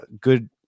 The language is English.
good